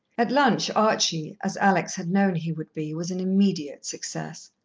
at lunch archie, as alex had known he would be, was an immediate success.